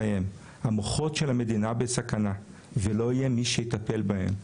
המוחות של המדינה בסכנה ולא יהיה מי שיטפל בהם.